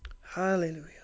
hallelujah